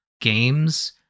games